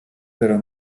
pero